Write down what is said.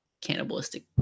cannibalistic